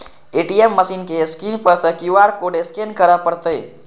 ATM machine के screen पर सं क्यू.आर कोड स्कैन करय पड़तै